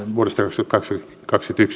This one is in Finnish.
vuoristossa kaksi kaksi tips